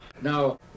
now